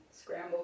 scramble